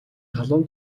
халуун